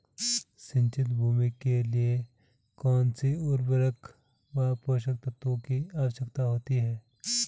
सिंचित भूमि के लिए कौन सी उर्वरक व पोषक तत्वों की आवश्यकता होती है?